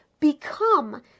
become